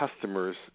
customers